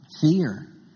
fear